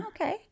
okay